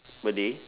per day